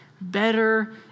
better